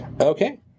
Okay